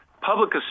public